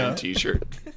t-shirt